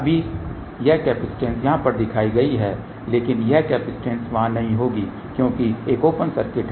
अभी यह कैपेसिटेंस यहाँ पर दिखाई गई है लेकिन यह कैपेसिटेंस वहाँ नहीं होगी क्योंकि एक ओपन सर्किट है